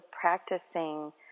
practicing